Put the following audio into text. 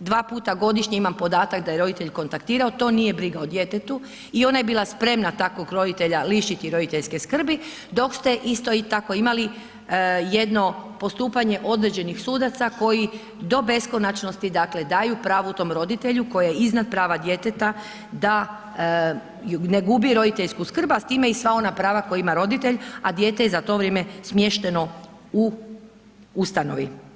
dva puta godišnje, imam podatak da je roditelj kontaktirao, to nije briga o djetetu i ona je bila spremna takvog roditelja lištiti roditeljske skrbi, dok ste isto tako imali, jedno postupanje određenih sudaca, koji do beskonačnosti, dakle, daju pravo tom roditelju, koji je iznad prava djeteta, da ne gubi roditeljsku skrb, a s time i sva ona prava koja ima roditelj, a dijete je za to vrijeme smješteno u ustanovi.